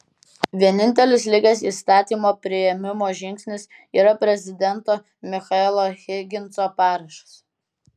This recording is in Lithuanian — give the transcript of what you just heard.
vienintelis likęs įstatymo priėmimo žingsnis yra prezidento michaelo higginso parašas